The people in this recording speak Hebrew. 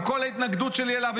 עם כל ההתנגדות שלי אליו,